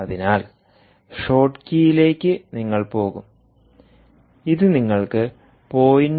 അതിനാൽ ഷോട്ട്കീയിലേക്ക് നിങ്ങൾ പോകും ഇത് നിങ്ങൾക്ക് 0